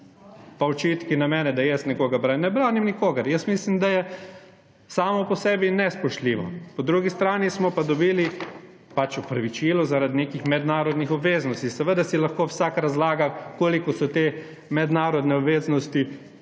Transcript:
pa očitki na mene, da jaz nekoga branim. Ne branim nikogar! Mislim, da je samo po sebi nespoštljivo, po drugi strani smo pa dobili opravičilo zaradi nekih mednarodnih obveznosti. Seveda si lahko vsak razlaga, koliko so te mednarodne obveznosti